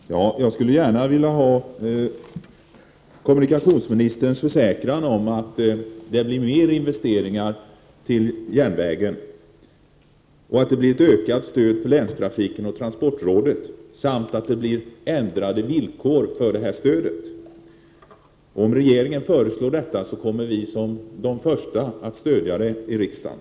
Herr talman! Jag skulle gärna vilja ha kommunikationsministerns försäkran att det blir mer investeringar till järnvägen och att det blir ett ökat stöd till länstrafiken och transportrådet samt att det blir ändrade villkor för stödet. Om regeringen föreslår detta kommer vi att vara de första att stödja sådana förslag i riksdagen.